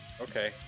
Okay